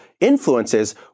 influences